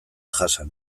jasan